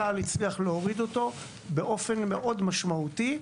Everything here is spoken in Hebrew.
צה"ל הצליח להוריד אותו באופן מאוד משמעותי.